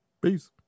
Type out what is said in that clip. peace